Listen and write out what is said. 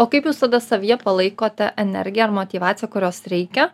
o kaip jūs tada savyje palaikote energiją ar motyvaciją kurios reikia